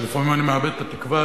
ולפעמים אני מאבד את התקווה,